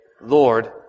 Lord